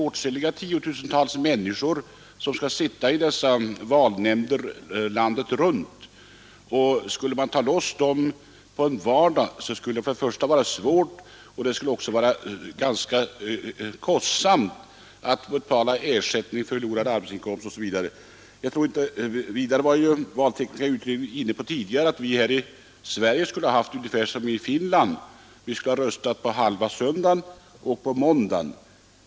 Åtskilliga tiotusental människor skall ju sitta i valnämnderna landet runt, och om man skulle lösgöra dem från sina ordinarie arbeten på en vardag skulle det vara både svårt och ganska kostsamt — man skulle få betala ersättning för förlorad arbetsinkomst OSV. Vidare var den valtekniska utredningen tidigare inne på att vi här i Sverige skulle ha det på samma sätt som i Finland: man skulle få rösta under halva söndagen och under måndagen.